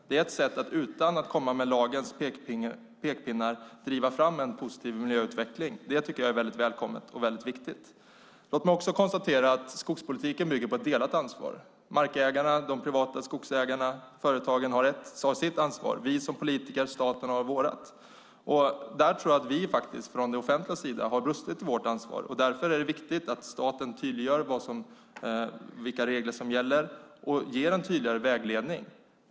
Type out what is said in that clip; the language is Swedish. Det är ett sätt att utan lagens pekpinnar driva fram en positiv miljöutveckling. Det tycker jag är välkommet och viktigt. Låt mig vidare konstatera att skogspolitiken bygger på delat ansvar. Markägarna, de privata skogsägarna och företagen har sitt ansvar. Vi som politiker och staten har vårt. Där tror jag att vi från den offentliga sidan har brustit i vårt ansvar. Därför är det viktigt att staten tydliggör vilka regler som gäller och ger en tydligare vägledning.